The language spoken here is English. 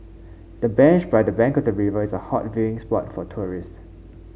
the bench by the bank of the river is a hot viewing spot for tourists